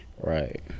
Right